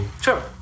sure